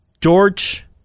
George